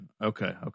Okay